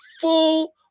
full